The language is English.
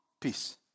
peace